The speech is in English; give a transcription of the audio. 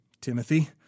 Timothy